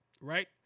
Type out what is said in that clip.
right